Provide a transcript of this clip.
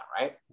right